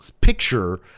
picture